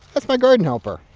that's my garden helper